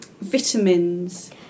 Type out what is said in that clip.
Vitamins